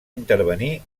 intervenir